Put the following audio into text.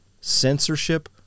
censorship